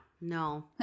No